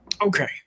Okay